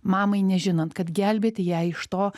mamai nežinant kad gelbėti ją iš to